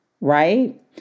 right